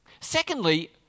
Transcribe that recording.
Secondly